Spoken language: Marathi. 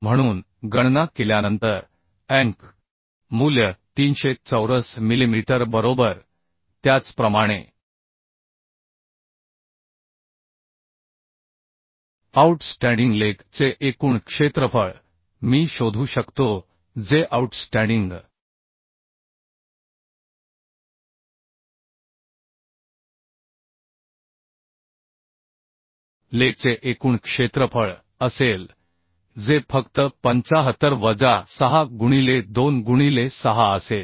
म्हणून गणना केल्यानंतर anc मूल्य 300 चौरस मिलिमीटर बरोबर त्याचप्रमाणे आऊटस्टँडिंग लेग चे एकूण क्षेत्रफळ मी शोधू शकतो जे आऊटस्टँडिंग लेग चे एकूण क्षेत्रफळ असेल जे फक्त 75 वजा 6 गुणिले 2 गुणिले 6 असेल